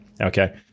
Okay